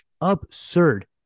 absurd